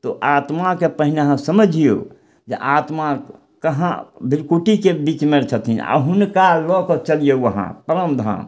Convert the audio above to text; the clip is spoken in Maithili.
तऽ आत्माके पहिने अहाँ समझियौ जे आत्मा कहाँ भृकुटिके बीचमे छथिन हुनका लअके चलियौ अहाँ परमधाम